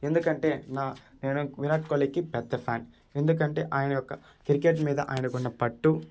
ఎందుకంటే నా నేను విరాట్ కోహ్లీకి పెద్ద ఫ్యాన్ ఎందుకంటే ఆయన యొక్క క్రికెట్ మీద ఆయనకున్న పట్టు